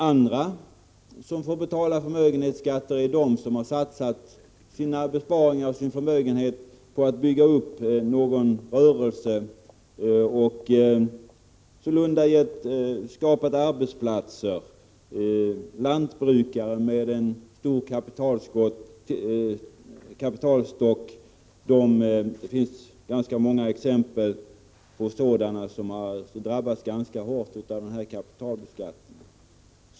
Andra som får betala förmögenhetsskatter är de som har satsat sina besparingar och sin förmögenhet på att bygga upp en rörelse och sålunda skapat arbetsplatser. Bland lantbrukare med en stor kapitalstock finns det ganska många exempel på sådana som har drabbats ganska hårt av den här kapitalbeskattningen.